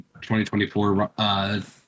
2024